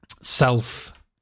Self